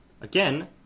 Again